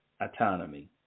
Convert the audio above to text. autonomy